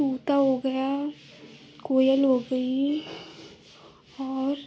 तोता हो गया कोयल हो गई और